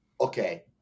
Okay